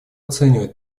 оценивает